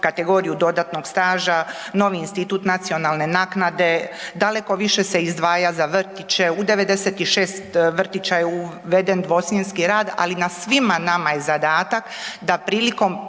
kategoriju dodatnog staža, novi institut nacionalne naknade, daleko više se izdvaja za vrtiće, u 96 vrtića je uveden dvosmjenski rad. Ali na svima nama je zadatak da prilikom